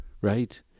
right